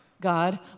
God